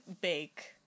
bake